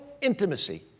intimacy